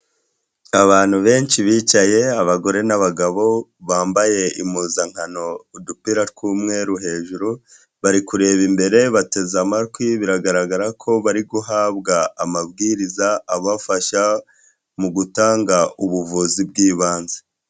Abantu benshi bicaye abagore n'abagabo bambaye impuzankano udupira tw'umweru hejuru, bari kureba imbere bateze amatwi biragaragara ko bari guhabwa amabwiriza abafasha mu gutanga ubuvuzi bw'ibanze.